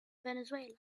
venezuela